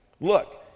Look